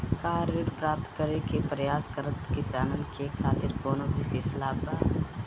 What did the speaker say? का ऋण प्राप्त करे के प्रयास करत किसानन के खातिर कोनो विशेष लाभ बा